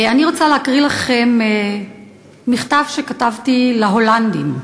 אני רוצה להקריא לכם מכתב שכתבתי להולנדים: